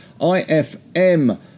IFM